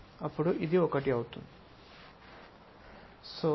అప్పుడు ఇది ఒకటి అవుతుంది